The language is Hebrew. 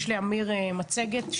יש לאמיר מצגת.